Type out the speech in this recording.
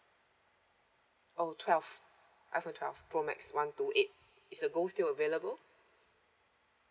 oh twelve iphone twelve pro max one two eight is the gold still available